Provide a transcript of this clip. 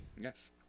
yes